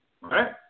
Right